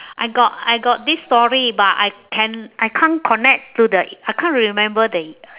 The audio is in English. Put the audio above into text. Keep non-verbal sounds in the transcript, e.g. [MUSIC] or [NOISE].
[BREATH] I got I got this story but I can~ I can't connect to the I can't remember the